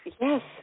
Yes